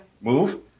Move